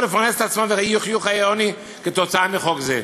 לפרנס את עצמם ויחיו חיי עוני כתוצאה מחוק זה?